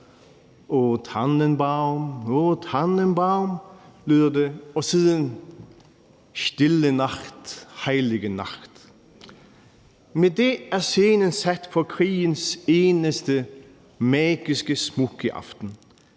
»Oh Tannenbaum, oh Tannenbaum«, lyder det, og siden »Stille Nacht, heillige Nacht«. Med det er scenen sat på krigens eneste magiske, smukke aften